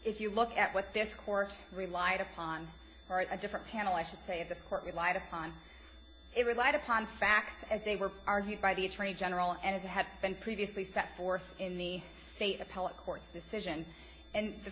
if you look at what this court relied upon a different panel i should say the court relied upon it relied upon facts as they were argued by the attorney general and as it had been previously set forth in the state appellate court's decision and the